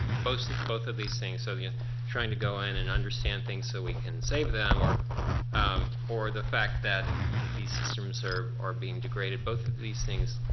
both both of these things, so you know trying to go in and understand things so we can save them, or um or the fact that these systems are being degraded. both of these things,